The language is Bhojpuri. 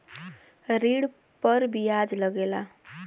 ऋण पर बियाज लगेला